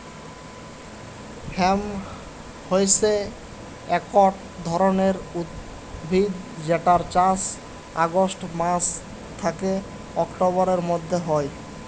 hemp হইসে একট ধরণের উদ্ভিদ যেটর চাস অগাস্ট মাস থ্যাকে অক্টোবরের মধ্য হয়